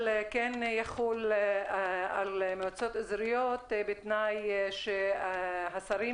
אבל כן יחול על מועצות האזוריות בתנאי שהשרים